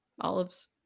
olives